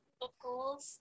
locals